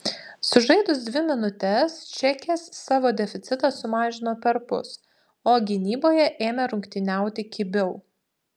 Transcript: sužaidus dvi minutes čekės savo deficitą sumažino perpus o gynyboje ėmė rungtyniauti kibiau